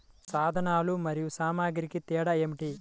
సాధనాలు మరియు సామాగ్రికి తేడా ఏమిటి?